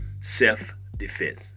self-defense